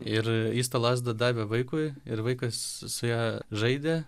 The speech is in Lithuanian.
ir jis tą lazdą davė vaikui ir vaikas su ja žaidė